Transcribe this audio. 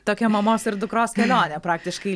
tokia mamos ir dukros kelionė praktiškai į